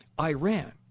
Iran